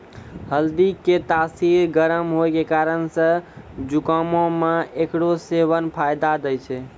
हल्दी के तासीर गरम होय के कारण से जुकामो मे एकरो सेबन फायदा दै छै